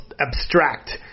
abstract